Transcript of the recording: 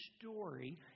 story